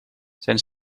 zijn